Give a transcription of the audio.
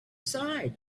side